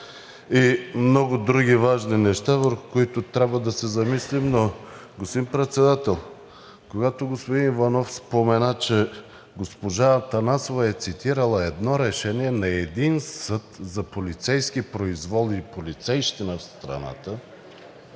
и много други важни неща, върху които трябва да се замислим. Господин Председател, когато господин Иванов спомена, че госпожа Атанасова е цитирала едно решение на един съд за полицейски произвол и полицейщина в страната,